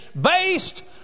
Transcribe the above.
based